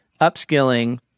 upskilling